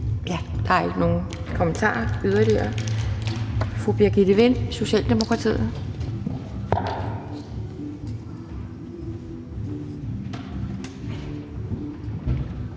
Der er ikke nogen yderligere kommentarer. Fru Birgitte Vind, Socialdemokratiet.